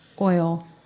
oil